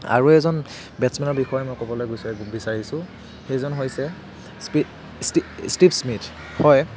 আৰু এজন বেটচমেনৰ বিষয়ে মই ক'বলৈ গৈ বিচাৰিছোঁ সেইজন হৈছে স্পীড ষ্টিভ ষ্টিভ ষ্মিথ হয়